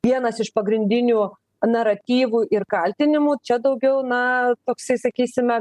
vienas iš pagrindinių naratyvų ir kaltinimų čia daugiau na toksai sakysime